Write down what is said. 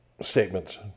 statements